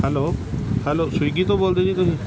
hello hello Swiggy ਤੋਂ ਬੋਲਦੇ ਜੀ ਤੁਸੀਂ